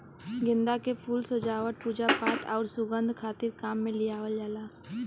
गेंदा के फूल सजावट, पूजापाठ आउर सुंगध खातिर काम में लियावल जाला